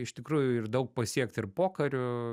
iš tikrųjų ir daug pasiekti ir pokariu